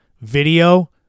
video